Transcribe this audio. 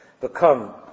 become